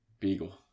Beagle